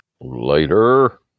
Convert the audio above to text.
Later